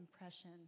impression